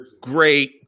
great